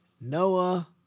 Noah